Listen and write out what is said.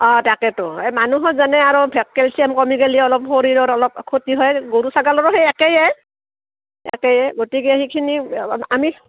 অঁ তাকেতো এই মানুহৰ জাননে আৰু ভেকেলচিয়াম কমি গেলি অলপ শৰীৰৰ অলপ ক্ষতি হয় গৰু ছাগলৰো সেই একেইয়ে একেইয়ে গতিকে সেইখিনি আমি